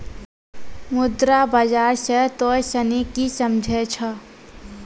मुद्रा बाजार से तोंय सनि की समझै छौं?